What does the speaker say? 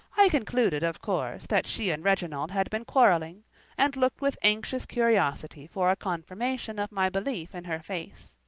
i concluded, of course, that she and reginald had been quarrelling and looked with anxious curiosity for a confirmation of my belief in her face.